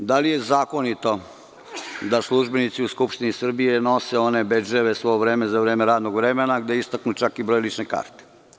Naime, da li je zakonito da službenici u Skupštini Srbije nose bedževe sve vreme tokom radnog vremena, gde je istaknut čak i broj lične karte?